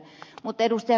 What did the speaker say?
mutta ed